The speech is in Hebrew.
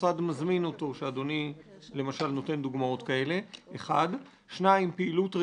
אנחנו מייצגים אנשים עם שם פרטי